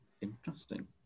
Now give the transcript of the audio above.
Interesting